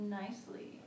nicely